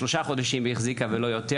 היא החזיקה שלושה חודשים ולא יותר,